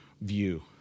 view